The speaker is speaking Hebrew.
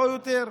לא יותר.